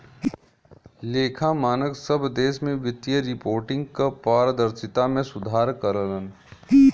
लेखा मानक सब देश में वित्तीय रिपोर्टिंग क पारदर्शिता में सुधार करलन